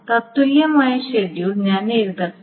തത്തുല്യമായ ഷെഡ്യൂൾ ഞാൻ എഴുതട്ടെ